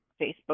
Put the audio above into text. Facebook